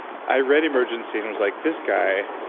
i read emergency, and was like this guy